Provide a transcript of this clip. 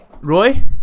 Roy